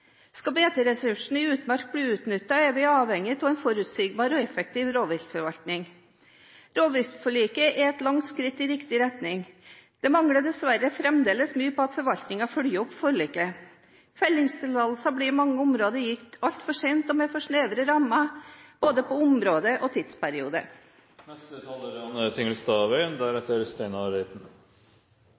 Skal beiteressursen i utmark bli utnyttet, er vi avhengig av en forutsigbar og effektiv rovviltforvaltning. Rovviltforliket er et langt skritt i riktig retning, men det mangler dessverre fremdeles mye på at forvaltningen følger opp forliket. Fellingstillatelser blir i mange områder gitt altfor sent og med for snevre rammer når det gjelder både område og tidsperiode. En framforhandlet avtale med bøndene gir ikke bøndene noen garanti for inntekt. Knapt noen er